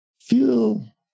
feel